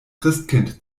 christkind